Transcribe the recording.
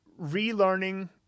relearning